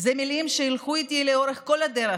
זה מילים שילכו איתי לאורך כל הדרך,